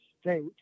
state